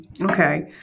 Okay